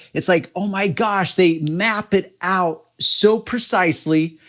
it's like, oh my gosh, they map it out so precisely.